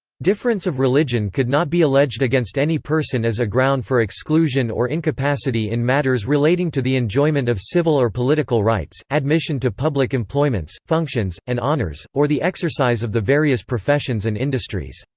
difference of religion could not be alleged against any person as a ground for exclusion or incapacity in matters relating to the enjoyment of civil or political rights, admission to public employments, functions, and honours, or the exercise of the various professions and industries,